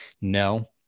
No